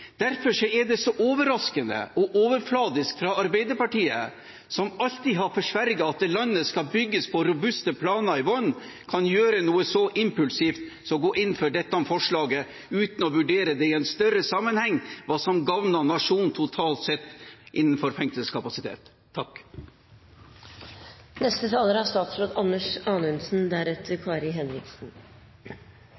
er det så overraskende og overfladisk fra Arbeiderpartiet, som alltid har forsverget at landet skal bygges på robuste planer i bunnen, kan gjøre noe så impulsivt som å gå inn for dette forslaget, uten å vurdere i en større sammenheng hva som gagner nasjonen totalt sett innenfor fengselskapasitet.